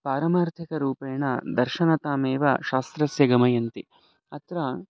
पारमार्थिकरूपेण दर्शनतामेव शास्त्रस्य गमयन्ति अत्र